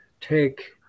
take